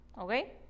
Okay